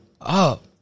up